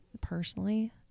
personally